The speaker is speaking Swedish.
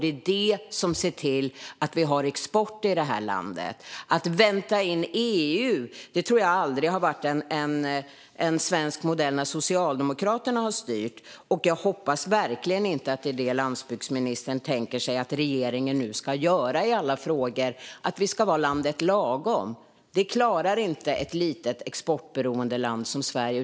Det är det som ser till att vi har export. Att vänta in EU tror jag aldrig har varit en svensk modell när Socialdemokraterna har styrt. Jag hoppas verkligen att det inte är det landsbygdsministern tänker sig att regeringen nu ska göra i alla frågor - att vi ska vara landet Lagom. Det klarar inte ett litet, exportberoende land som Sverige.